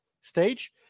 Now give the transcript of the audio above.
stage